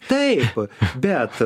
taip bet